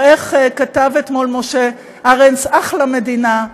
או, איך כתב אתמול משה ארנס: אחלה מדינה,